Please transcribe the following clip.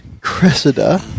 Cressida